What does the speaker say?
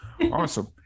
Awesome